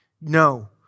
No